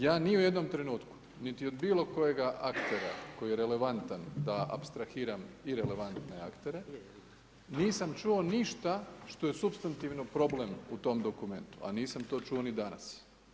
Ja ni u jednom trenutku, niti od bilo kojega aktera, koji je relevantan, da apstrahiram i relevantne aktere, nisam čuo ništa što je supstantivno problem u tom dokumentu, a nisam to čuo ni danas.